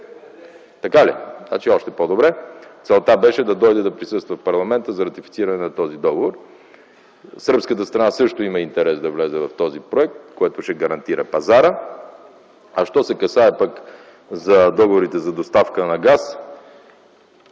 Така ли? Значи още по-добре. Целта беше да дойде и да присъства в парламента за ратифициране на този договор. Сръбската страна също има интерес да влезе в проекта, което ще гарантира пазара. Що се касае до договорите за доставка на газ,